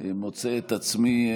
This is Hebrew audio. מוצא את עצמי,